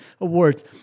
awards